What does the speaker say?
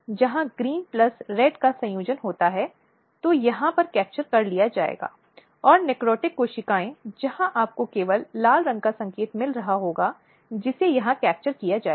तो ये इन मामलों में कुछ न्यायिक निर्णय हैं जो आपके सामने रखे गए हैं